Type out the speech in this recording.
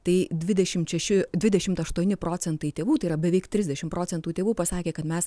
tai dvidešim šeši dvidešimt aštuoni procentai tėvų tai yra beveik trisdešim procentų tėvų pasakė kad mes